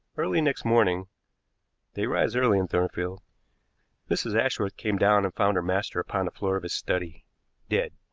early next morning they rise early in thornfield mrs. ashworth came down and found her master upon the floor of his study dead.